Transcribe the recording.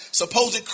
supposed